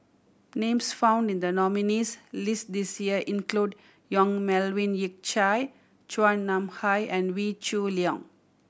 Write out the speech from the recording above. names found in the nominees' list this year include Yong Melvin Yik Chye Chua Nam Hai and Wee Shoo Leong